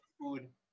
food